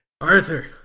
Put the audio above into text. Arthur